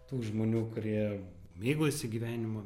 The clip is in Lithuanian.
tų žmonių kurie mėgaujasi gyvenimu